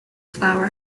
flower